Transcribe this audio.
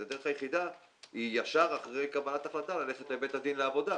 אז הדרך היחידה היא ישר אחרי קבלת החלטה ללכת לבית הדין לעבודה,